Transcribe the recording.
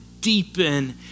deepen